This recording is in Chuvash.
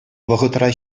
вӑхӑтра